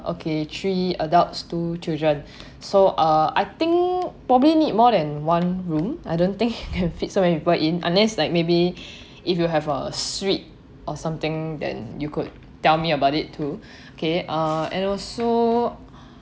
okay three adults two children so uh I think probably need more than one room I don't think you can fit so many people in unless like maybe if you have a suite or something then you could tell me about it too kay uh and also